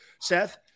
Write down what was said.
Seth